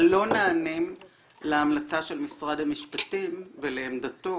אבל לא נענים להמלצה של משרד המשפטים ולעמדתו